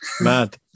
Mad